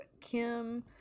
Kim